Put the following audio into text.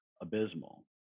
abysmal